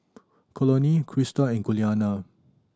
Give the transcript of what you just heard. Conley Crista and Giuliana